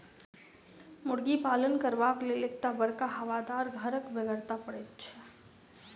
मुर्गी पालन करबाक लेल एक टा बड़का हवादार घरक बेगरता पड़ैत छै